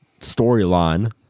storyline